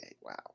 Wow